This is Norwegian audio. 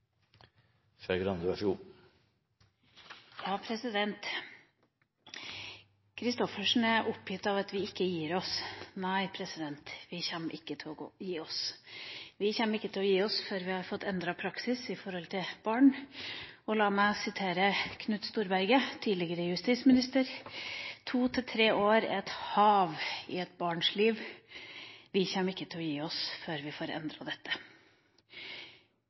oppgitt over at vi ikke gir oss. Nei, vi kommer ikke til å gi oss. Vi kommer ikke til å gi oss før vi har fått endret praksis i forhold til barn. La meg sitere Knut Storberget, tidligere justisminister: «To–tre år i et barns liv er et hav av tid.» Vi kommer ikke til å gi oss før vi får endret dette.